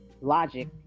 logic